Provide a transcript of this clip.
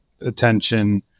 attention